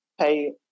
pay